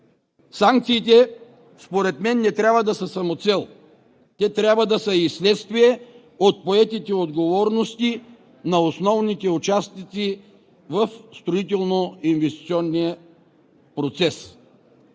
Санкциите според мен не трябва да са самоцел. Те трябва да са и следствие от поетите отговорности на основните участници в строително-инвестиционния процес.